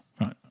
right